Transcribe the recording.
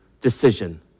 decision